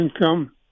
income